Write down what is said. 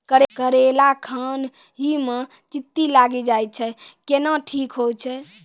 करेला खान ही मे चित्ती लागी जाए छै केहनो ठीक हो छ?